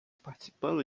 participando